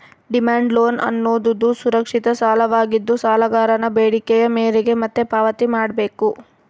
demand loan ಅನ್ನೋದುದು ಸುರಕ್ಷಿತ ಸಾಲವಾಗಿದ್ದು, ಸಾಲಗಾರನ ಬೇಡಿಕೆಯ ಮೇರೆಗೆ ಮತ್ತೆ ಪಾವತಿ ಮಾಡ್ಬೇಕು